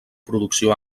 producció